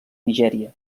nigèria